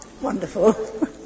wonderful